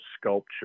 sculpture